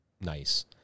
Nice